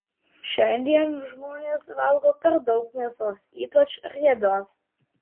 šiandien žmonės valgo per daug mėsos ypač riebios